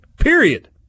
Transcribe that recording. Period